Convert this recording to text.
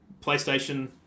PlayStation